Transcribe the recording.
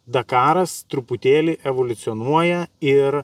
dakaras truputėlį evoliucionuoja ir